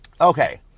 Okay